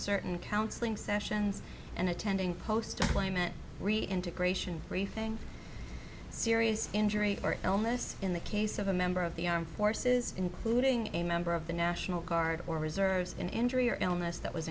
certain counseling sessions and attending post climate reintegration briefing serious injury or illness in the case of a member of the armed forces including a member of the national guard or reserves in injury or illness that was